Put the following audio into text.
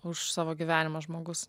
už savo gyvenimą žmogus